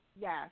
yes